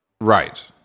Right